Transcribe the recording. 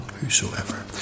Whosoever